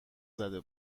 زده